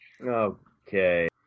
Okay